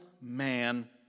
man